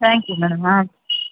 thank you madam ಹಾಂ